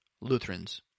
Lutherans